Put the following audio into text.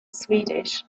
swedish